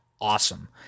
Awesome